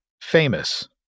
famous